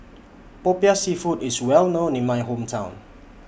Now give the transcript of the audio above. Popiah Seafood IS Well known in My Hometown